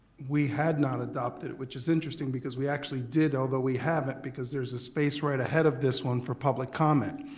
we had not adopted it, which is interesting because we actually did although we haven't because there's a space right ahead of this one for public comment.